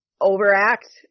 overact